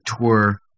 tour